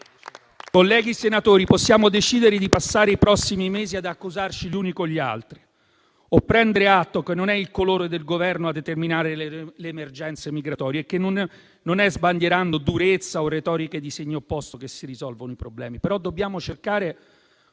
Colleghi senatori, possiamo decidere di passare i prossimi mesi ad accusarci gli uni con gli altri o prendere atto che non è il colore del Governo a determinare le emergenze migratorie e che non è sbandierando durezza o retoriche di segno opposto che si risolvono i problemi.